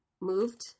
moved